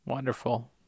wonderful